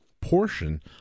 portion